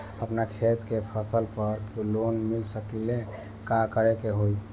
अपना खेत के फसल पर लोन मिल सकीएला का करे के होई?